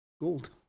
gold